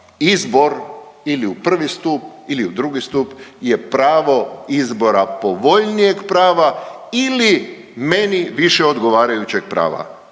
izbor ili u I. stup ili u II. stup je pravo izbora povoljnijeg prava ili meni više odgovarajućeg prava.